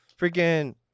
Freaking